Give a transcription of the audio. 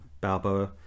Balboa